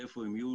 איפה הם יהיו?